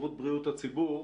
הסתדרות בריאות הציבור.